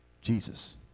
Jesus